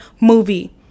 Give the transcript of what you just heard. movie